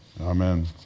Amen